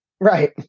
Right